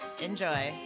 Enjoy